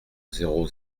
zéro